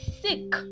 sick